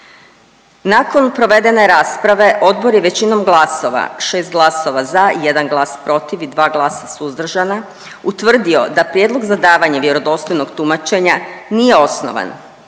Nakon provedene rasprave odbor je većinom glasova 6 glasova za, 1 glas protiv i 2 glasa suzdržana utvrdio da prijedlog za davanje vjerodostojnog tumačenja nije osnovan,